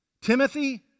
Timothy